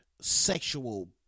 sexual